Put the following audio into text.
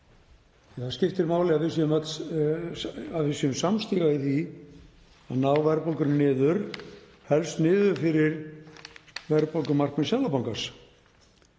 Það skiptir máli að við séum samstiga í því að ná verðbólgunni niður, helst niður fyrir verðbólgumarkmið Seðlabankans,